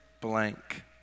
blank